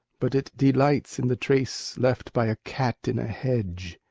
but it delights in the trace left by a cat in a hedge.